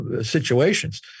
situations